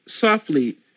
softly